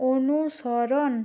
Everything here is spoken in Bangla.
অনুসরণ